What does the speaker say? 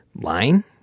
line